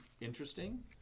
interesting